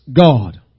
God